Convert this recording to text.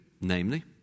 namely